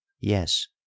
Yes